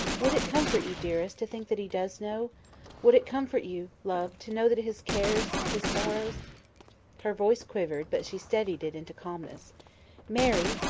would it comfort you, dearest, to think that he does know would it comfort you, love, to know that his cares, his sorrows her voice quivered, but she steadied it into calmness mary!